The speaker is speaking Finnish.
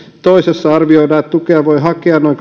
toisessa arvioidaan että tukea voi hakea noin